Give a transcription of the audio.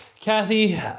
Kathy